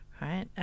Right